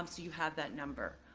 um so you have that number.